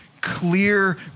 clear